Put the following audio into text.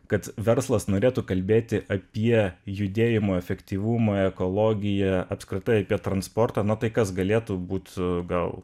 kad verslas norėtų kalbėti apie judėjimo efektyvumo ekologiją apskritai apie transportą na tai kas galėtų būt gal